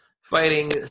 fighting